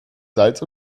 salz